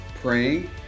Praying